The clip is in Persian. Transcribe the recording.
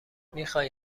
میخای